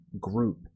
group